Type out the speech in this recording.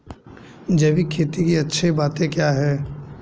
जैविक खेती की अच्छी बातें क्या हैं?